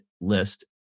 list